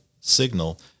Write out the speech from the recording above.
signal